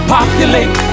Populate